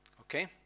Okay